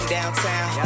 Downtown